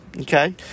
Okay